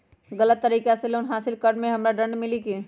गलत तरीका से लोन हासिल कर्म मे हमरा दंड मिली कि?